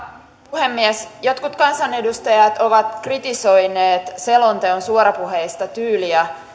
puhemies jotkut kansanedustajat ovat kritisoineet selonteon suorapuheista tyyliä